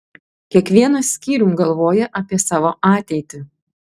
kiekvienas skyrium galvoja apie savo ateitį